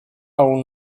own